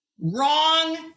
wrong